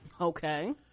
Okay